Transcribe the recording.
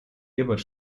ebert